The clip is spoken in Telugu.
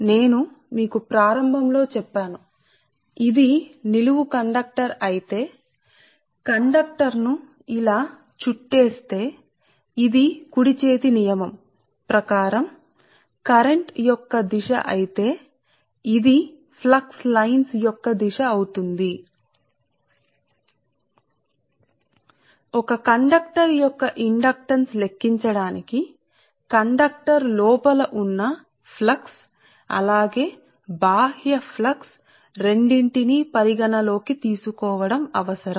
నేను ప్రారంభంలో మీకు చెప్పాను ఇది మీ నిలువు విషయం అయితే కండక్టర్ మరియు మీరు కండక్టర్ను ఇలా చుట్టేస్తే మరియు ఇది ప్రస్తుత దిశ అయితే ఇది ఫ్లక్స్ లైన్స్ అవుతుంది సరే కాబట్టి కుడి చేతి నియమం ఇచ్చిన దిశతో కాబట్టి తదుపరిది నా ఉద్దేశ్యం తదుపరి ది ఒక కండక్టర్ యొక్క ఇండక్టెన్స్ను లెక్కించడం కండక్టర్ లోపల ఉన్న ఫ్లక్స్ అలాగే బాహ్య ఫ్లక్స్ అంతర్గత మరియు బాహ్య రెండింటి నీ పరిగణన లోకి తీసుకోవడం అవసరం